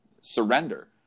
surrender